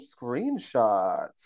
screenshots